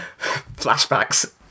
flashbacks